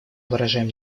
выражаем